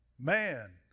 Man